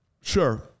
sure